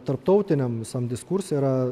tarptautiniam visam diskurse yra